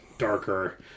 darker